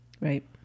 Right